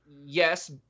Yes